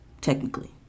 Technically